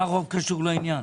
מה קשור לעניין?